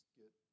get